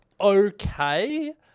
okay